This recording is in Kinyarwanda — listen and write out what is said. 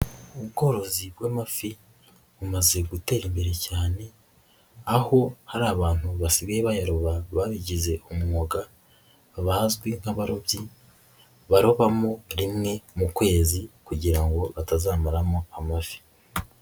Ubworozi bw'amafi bumaze gutera imbere cyane aho hari abantu basigaye bayaroba babigize umwuga bazwi nk'abarobyi barobamo rimwe mu kwezi kugira ngo batazamaramo amafi.